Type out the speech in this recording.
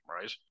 right